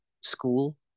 school